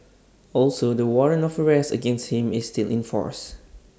also the warrant of arrest against him is still in force